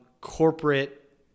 corporate